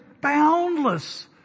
boundless